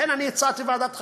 לכן אני הצעתי ועדת חקירה,